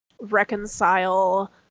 reconcile